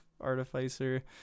artificer